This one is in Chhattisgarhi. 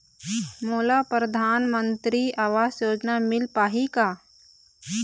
मोला परधानमंतरी आवास योजना मिल पाही का?